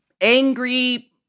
angry